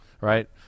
right